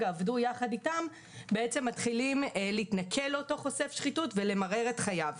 עבדו ביחד איתם מתחילים להתנכל לאותו חושף שחיתות ולמרר את חייו.